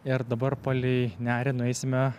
ir dabar palei nerį nueisime